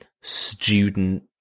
student